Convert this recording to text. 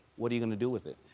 what are you gonna do with it?